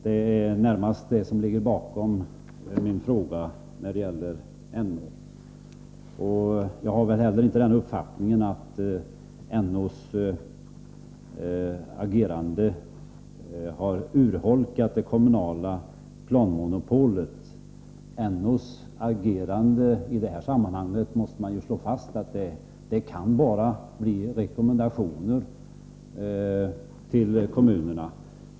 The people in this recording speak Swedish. Det är närmast detta som ligger bakom min fråga beträffande näringsfrihetsombudsmannen. Inte heller jag har den uppfattningen att näringsfrihetsombudsmannens agerande har urholkat det kommunala planmonopolet. Man måste slå fast att NO:s agerande i det här sammanhanget kan bli enbart rekommendationer till kommunerna.